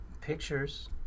pictures